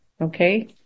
okay